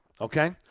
okay